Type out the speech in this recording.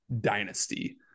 dynasty